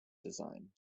design